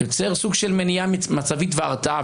יוצר סוג של מניעה מצבית והרתעה,